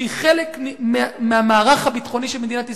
שהיא חלק מהמערך הביטחוני של מדינת ישראל,